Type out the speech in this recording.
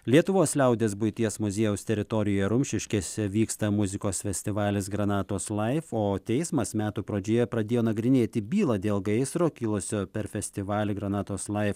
lietuvos liaudies buities muziejaus teritorijoje rumšiškėse vyksta muzikos festivalis granatos laif o teismas metų pradžioje pradėjo nagrinėti bylą dėl gaisro kilusio per festivalį granatos laif